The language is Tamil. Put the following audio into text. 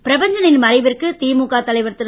பிரபஞ்ச னின் மறைவிற்கு திமுக தலைவர் திரு